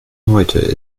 heute